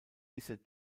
bisher